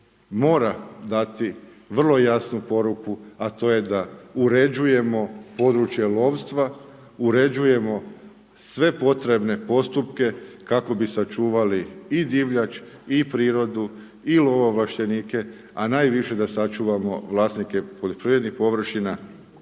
mora dati vrlo jasnu poruku. A to je, da uređujemo područje lovstva, uređujemo sve potrebne postupke kako bi sačuvali i divljač i prirodu i lovoovlaštenike a najviše da sačuvamo vlasnike poljoprivrednih površina